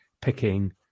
picking